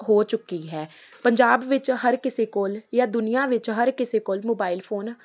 ਹੋ ਚੁੱਕੀ ਹੈ ਪੰਜਾਬ ਵਿੱਚ ਹਰ ਕਿਸੇ ਕੋਲ ਜਾਂ ਦੁਨੀਆ ਵਿੱਚ ਹਰ ਕਿਸੇ ਕੋਲ ਮੋਬਾਈਲ ਫੋਨ